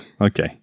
okay